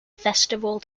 festival